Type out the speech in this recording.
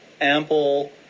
ample